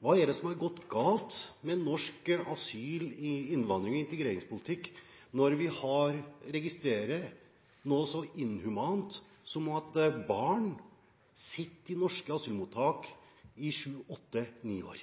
Hva er det som har gått galt med norsk asyl-, innvandrings- og integreringspolitikk når vi registrerer noe så inhumant som at barn sitter i norske asylmottak i sju, åtte, ni år?